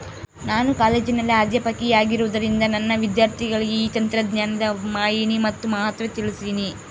ನಾನು ಕಾಲೇಜಿನಲ್ಲಿ ಅಧ್ಯಾಪಕಿಯಾಗಿರುವುದರಿಂದ ನನ್ನ ವಿದ್ಯಾರ್ಥಿಗಳಿಗೆ ಈ ತಂತ್ರಜ್ಞಾನದ ಮಾಹಿನಿ ಮತ್ತು ಮಹತ್ವ ತಿಳ್ಸೀನಿ